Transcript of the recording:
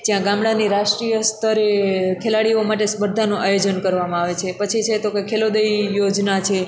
જ્યાં ગામડાની રાષ્ટ્રિય સ્તરે ખેલાડીઓ માટે સ્પર્ધાનું આયોજન કરવામાં આવે છે પછી છે તો કે ખેલોદય યોજના છે